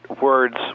words